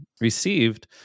received